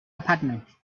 apartment